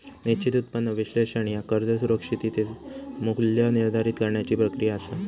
निश्चित उत्पन्न विश्लेषण ह्या कर्ज सुरक्षिततेचा मू्ल्य निर्धारित करण्याची प्रक्रिया असा